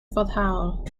foddhaol